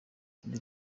iri